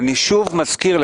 מי מציג?